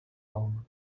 home